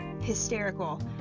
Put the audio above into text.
hysterical